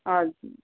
हजुर